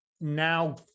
now